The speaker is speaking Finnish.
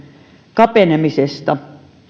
kapenemisesta